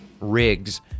rigs